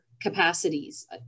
capacities